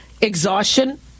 Exhaustion